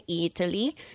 Italy